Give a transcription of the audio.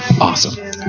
Awesome